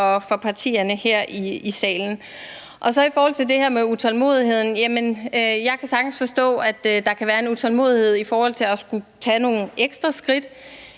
for partierne her i salen. Til det her med utålmodigheden vil jeg sige, at jeg sagtens kan forstå, at der kan være en utålmodighed i forhold til at skulle tage nogle ekstra skridt.